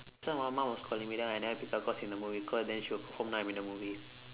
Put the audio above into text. so my mum was calling me then I never pick up cause in the movie call then she'll confirm know I'm in the movie